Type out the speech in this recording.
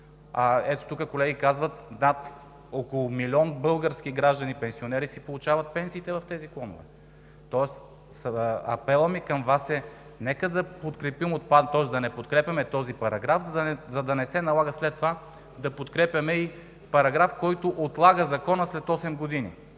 Тук колеги казват – да, около милион български граждани пенсионери си получават пенсиите в тези клонове, тоест апелът ми към Вас е да не подкрепяме този параграф, за да не се налага след това да подкрепяме и параграф, който отлага Закона след осем години.